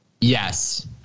Yes